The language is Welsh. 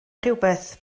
rhywbeth